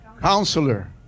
Counselor